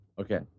Okay